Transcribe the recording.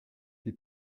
die